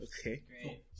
Okay